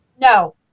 No